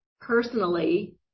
Personally